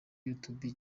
youtube